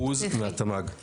1% מהתמ"ג.